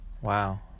Wow